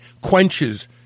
quenches